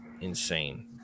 insane